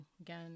Again